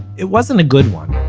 it wasn't a good one,